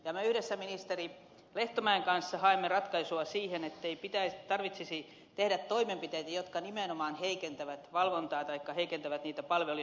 me yhdessä ministeri lehtomäen kanssa haemme ratkaisua siihen että ei tarvitsisi tehdä toimenpiteitä jotka nimenomaan heikentävät valvontaa tai heikentävät palveluja